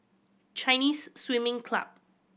Chinese Swimming Club